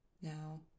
Now